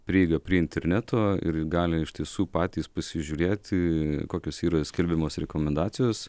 prieigą prie interneto ir gali iš tiesų patys pasižiūrėti kokios yra skelbiamos rekomendacijos